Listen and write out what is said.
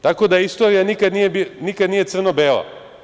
Tako da istorija nikada nije crno-bela.